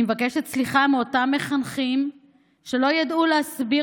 אני מבקשת סליחה מאותם מחנכים שלא ידעו להסביר